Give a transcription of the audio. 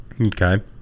Okay